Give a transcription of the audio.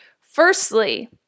Firstly